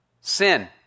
sin